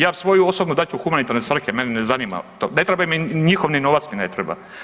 Ja svoju osobnu dat ću u humanitarne svrhe, mene ne zanima to, ne treba mi, njihov ni novac mi ne treba.